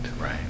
right